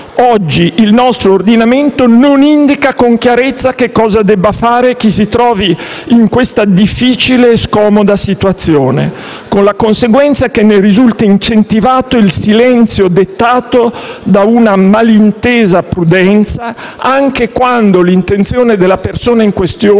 Oggi il nostro ordinamento non indica con chiarezza che cosa debba fare chi si trovi in questa difficile e scomoda situazione, con la conseguenza che ne risulta incentivato il silenzio dettato da una malintesa prudenza, anche quando l'intenzione della persona in questione